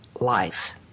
life